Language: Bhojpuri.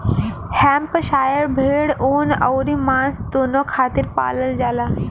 हैम्पशायर भेड़ ऊन अउरी मांस दूनो खातिर पालल जाला